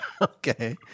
Okay